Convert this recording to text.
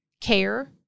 care